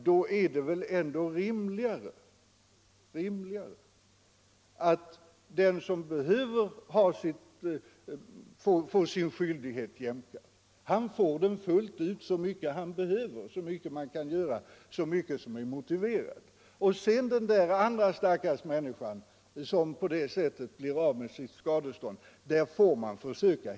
Då är det väl ändå rimligare att den som behöver få sin skyldighet jämkad får det i den utsträckning han behöver det och det är motiverat och att vi sedan försöker hitta någon lösning för den andra stackars människan som på det sättet blir av med sitt skadestånd.